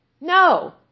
no